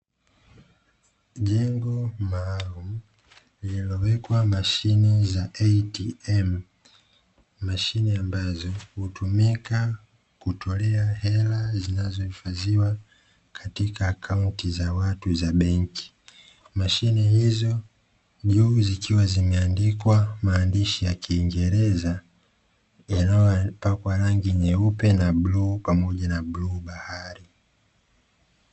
Jengo maalumu lililoweka mashine za "ATM", mashine ambazo hutumika kutolea hela zinazohifadhiwa katika akaunti za watu za benki. Mashine hizo juu zikiwa zimeandikwa maandishi ya kiingereza, yanayopakwa rangi nyeupe na bluu pamoja na bluu bahari.